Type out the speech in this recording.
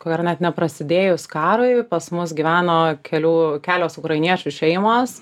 ko gero net neprasidėjus karui pas mus gyveno kelių kelios ukrainiečių šeimos